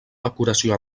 decoració